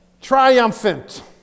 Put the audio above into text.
Triumphant